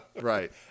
Right